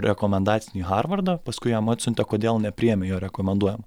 rekomendacinį į harvardą paskui jam atsiuntė kodėl nepriėmė jo rekomenduojam